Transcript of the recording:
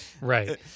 right